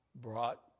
Brought